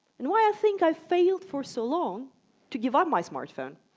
and why i think i failed for so long to give on my smartphone.